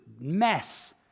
mess